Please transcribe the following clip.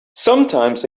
sometimes